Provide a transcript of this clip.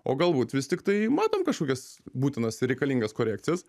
o galbūt vis tiktai matom kažkokias būtinas ir reikalingas korekcijas